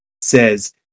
says